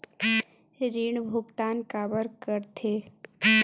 ऋण भुक्तान काबर कर थे?